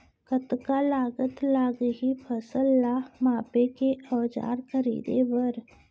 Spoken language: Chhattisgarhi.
कतका लागत लागही फसल ला मापे के औज़ार खरीदे बर?